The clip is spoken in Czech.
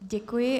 Děkuji.